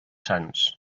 sants